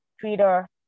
Twitter